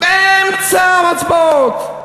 באמצע ההצבעות.